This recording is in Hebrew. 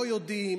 לא יודעים,